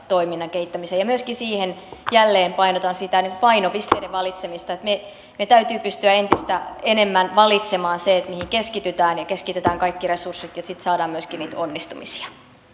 toiminnan kehittämiseen ja myöskin jälleen painotan sitä painopisteiden valitsemiseen että täytyy pystyä entistä enemmän valitsemaan se mihin keskitytään ja keskitetään kaikki resurssit ja sitten saadaan myöskin niitä onnistumisia